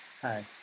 hi